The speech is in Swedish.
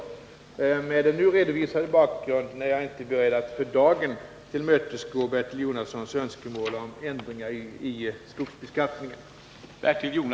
Mot den nu redovisade bakgrunden är jag inte beredd att för dagen tillmötesgå Bertil Jonassons önskemål om ändringar i skogsbeskattningen.